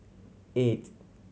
eight